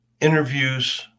interviews